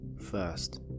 first